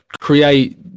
create